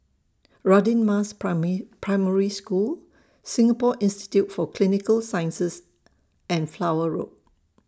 Radin Mas Primary School Singapore Institute For Clinical Sciences and Flower Road